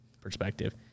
perspective